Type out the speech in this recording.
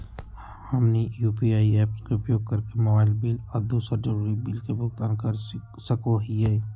हमनी UPI apps के उपयोग करके मोबाइल बिल आ दूसर जरुरी बिल के भुगतान कर सको हीयई